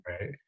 Right